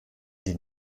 die